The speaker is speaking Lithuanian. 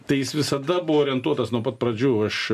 tai jis visada buvo orientuotas nuo pat pradžių aš